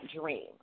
dream